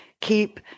keep